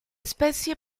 especie